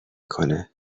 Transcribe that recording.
کنه